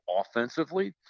offensively